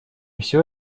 всё